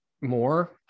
more